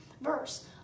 verse